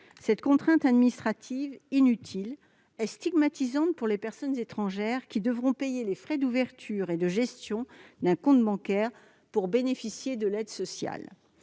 Cette contrainte administrative inutile est stigmatisante pour les personnes étrangères, qui devront payer les frais d'ouverture et de gestion d'un compte bancaire pour bénéficier de l'aide sociale.